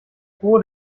froh